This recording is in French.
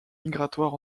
migratoire